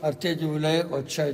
ar tie gyvuliai o čia